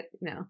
no